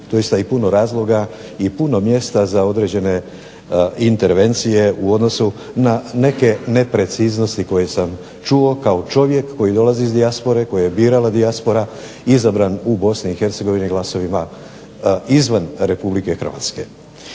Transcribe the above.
doista i puno razloga i puno mjesta za određene intervencije u odnosu na neke nepreciznosti koje sam čuo kao čovjek koji dolazi iz dijaspore, kojeg je birala dijaspora izabran u BiH glasovima izvan RH.